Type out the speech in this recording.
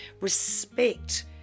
Respect